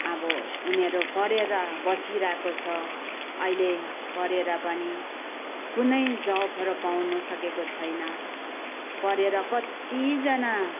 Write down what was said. आबो उनीहरू पढेर बसिरहेको छ अहिले पढ़ेर पनि कुनै जबहरू पाउँनु सकेको छैन पढेर कतिजना